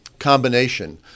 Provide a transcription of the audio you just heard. combination